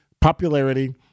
popularity